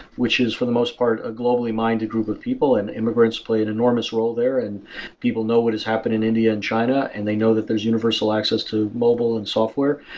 which is for the most part a globally-minded group of people and immigrants play an enormous role there and people know what is happening in india and china, and they know that there's universal access to mobile and software,